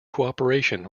cooperation